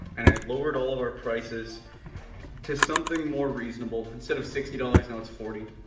and i've lowered all of our prices to something more reasonable, instead of sixty dollars, now it's forty.